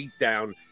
beatdown